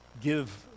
give